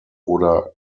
oder